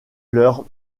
leur